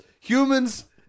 Humans